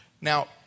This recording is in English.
Now